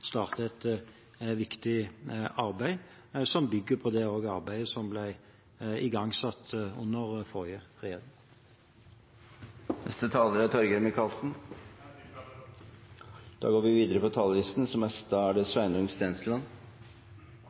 et viktig arbeid, som bygger på det arbeidet som ble igangsatt under forrige regjering. Jeg er